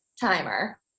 timer